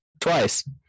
Twice